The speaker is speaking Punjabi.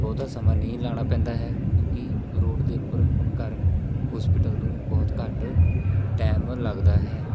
ਬਹੁਤਾ ਸਮਾਂ ਨਹੀਂ ਲਾਉਣਾ ਪੈਂਦਾ ਹੈ ਕਿਉਂਕਿ ਰੋਡ ਦੇ ਉੱਪਰ ਹੋਣ ਕਾਰਨ ਹੋਸਪਿਟਲ ਨੂੰ ਬਹੁਤ ਘੱਟ ਟਾਈਮ ਲੱਗਦਾ ਹੈ